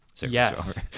yes